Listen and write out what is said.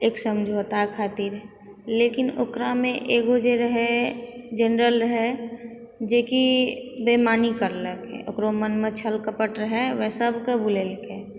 एक समझौता खातिर लेकिन ओकरामे एगो जे रहै जनरल रहै जेकी बइमानी करलकै ओकरो मनमे छल कपट रहै ओहे सबके बुलेलकै